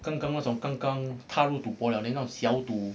刚刚那种刚刚踏入赌博了那种小赌